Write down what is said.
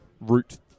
route